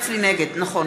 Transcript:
נגד כבר אמרתי קודם: נגד.